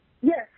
Yes